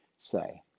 say